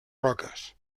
roques